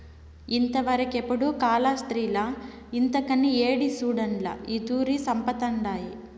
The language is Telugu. ఇంతవరకెపుడూ కాలాస్త్రిలో ఇంతకని యేడి సూసుండ్ల ఈ తూరి సంపతండాది